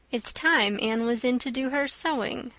it's time anne was in to do her sewing,